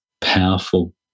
powerful